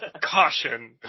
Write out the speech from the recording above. Caution